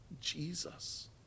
Jesus